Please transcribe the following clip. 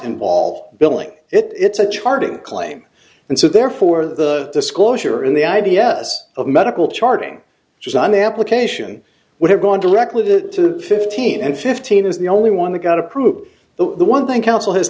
involve billing it's a charging claim and so therefore the disclosure in the i d s of medical charting just on the application would have gone directly to fifteen and fifteen is the only one that got approved the one thing counsel has